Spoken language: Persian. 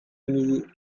میدی